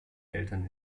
eltern